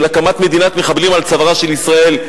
הקמת מדינת מחבלים על צווארה של ישראל,